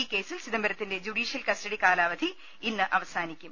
ഈ കേസിൽ ചിദംബരത്തിന്റെ ജുഡീഷ്യൽ കസ്റ്റഡി കാലാവധി ഇന്ന് അവസാനിക്കും